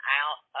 out